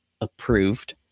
approved